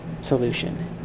solution